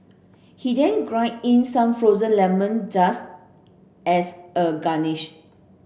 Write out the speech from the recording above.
he then grated in some frozen lemon just as a garnish